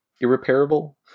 irreparable